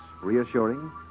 reassuring